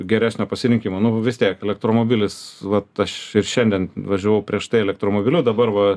geresnio pasirinkimo nu vis tiek elektromobilis vat aš ir šiandien važiavau prieš tai elektromobiliu dabar va